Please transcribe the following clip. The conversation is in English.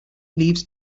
leaves